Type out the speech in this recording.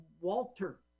Walter